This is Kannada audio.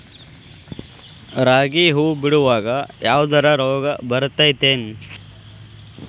ರಾಗಿ ಹೂವು ಬಿಡುವಾಗ ಯಾವದರ ರೋಗ ಬರತೇತಿ ಏನ್?